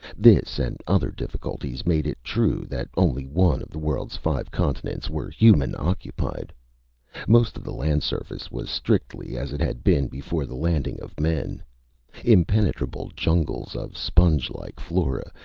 this and other difficulties made it true that only one of the world's five continents were human-occupied. most of the land surface was strictly as it had been before the landing of men impenetrable jungles of spongelike flora,